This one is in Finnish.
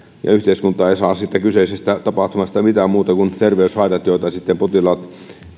ja yhteiskunta eivät saa siitä kyseisestä tapahtumasta mitään muuta kuin terveyshaitat joita sitten potilaat